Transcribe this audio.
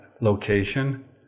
location